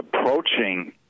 approaching